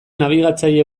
nabigatzaile